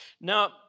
Now